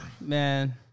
Man